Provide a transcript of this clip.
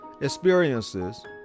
experiences